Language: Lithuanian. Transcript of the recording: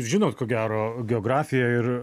žinot ko gero geografiją ir